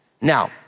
Now